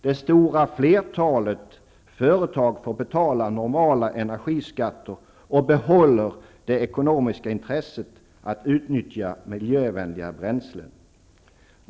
Det stora flertalet företag får betala normala energiskatter och behåller det ekonomiska intresset att utnyttja miljövänliga bränslen.